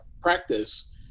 practice